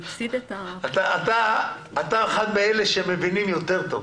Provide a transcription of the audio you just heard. אתה אחד מאלה שמבינים יותר טוב.